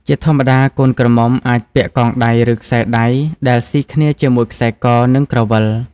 ជាធម្មតាកូនក្រមុំអាចពាក់កងដៃឬខ្សែដៃដែលស៊ីគ្នាជាមួយខ្សែក និង ក្រវិល។